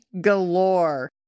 galore